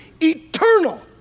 eternal